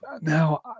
now